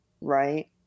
right